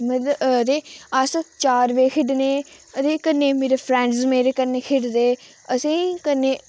मतलब रेह् अस चार बजे खेढने अदे कन्नै मेरे फ्रैंडस मेरे कन्नै खेढदे असेंई कन्नै